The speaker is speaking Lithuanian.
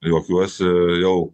juokiuosi jau